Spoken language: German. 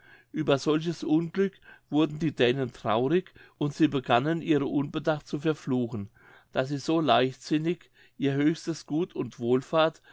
ueber solches unglück wurden die dänen traurig und sie begannen ihren unbedacht zu verfluchen daß sie so leichtsinnig ihr höchstes gut und wohlfahrt